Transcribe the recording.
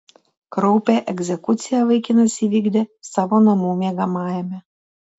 kraupią egzekuciją vaikinas įvykdė savo namų miegamajame